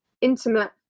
intimate